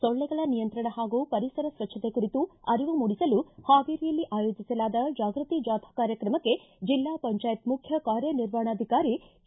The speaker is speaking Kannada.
ಸೊಳ್ಳೆಗಳ ನಿಯಂತ್ರಣ ಹಾಗೂ ಪರಿಸರ ಸ್ವಚ್ವತೆ ಕುರಿತು ಅರಿವು ಮೂಡಿಸಲು ಹಾವೇರಿಯಲ್ಲಿ ಆಯೋಜಿಸಲಾದ ಜಾಗೃತಿ ಜಾಥಾ ಕಾರ್ಯಕ್ರಮಕ್ಕೆ ಜಿಲ್ಲಾ ಪಂಚಾಯತ್ ಮುಖ್ಯ ಕಾರ್ಯ ನಿರ್ವಾಹಣಾಧಿಕಾರಿ ಕೆ